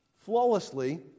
flawlessly